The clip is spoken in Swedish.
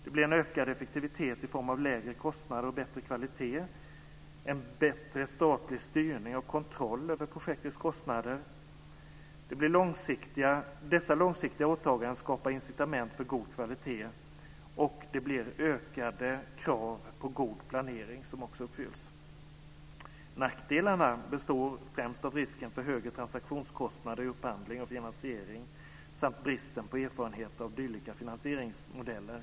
Det blir en ökad effektivitet i form av lägre kostnader och bättre kvalitet. Det blir en bättre statlig styrning och kontroll över projektets kostnader. Dessa långsiktiga åtaganden skapar incitament för god kvalitet. Det blir ökade krav på god planering. Nackdelarna består främst av risken för högre transaktionskostnader i upphandling och finansiering, samt brist på erfarenheter av dylika finansieringsmodeller.